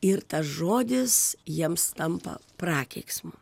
ir tas žodis jiems tampa prakeiksmu